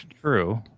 True